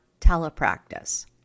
telepractice